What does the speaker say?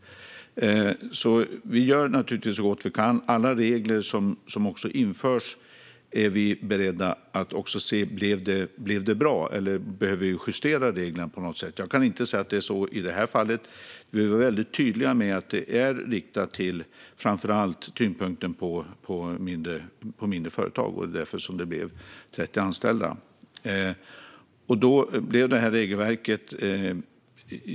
Vi gör naturligtvis så gott vi kan. Alla regler som införs är vi beredda att se över: Blev det bra? Eller behöver vi justera reglerna på något sätt? Jag kan inte säga att det är så i det här fallet. Vi var väldigt tydliga med att tyngdpunkten framför allt är på mindre företag. Det var därför det kom att gälla 30 anställda i det här regelverket.